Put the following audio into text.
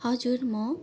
हजुर म